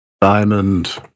Diamond